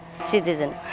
citizen